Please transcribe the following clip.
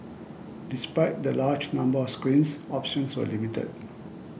despite the larger number of screens options were limited